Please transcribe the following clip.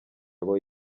abo